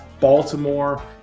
Baltimore